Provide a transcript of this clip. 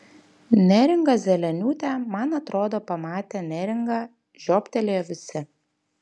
neringa zeleniūtė man atrodo pamatę neringą žiobtelėjo visi